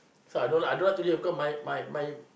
so I don't like I don't like to live here because my my my